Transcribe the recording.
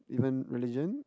even religion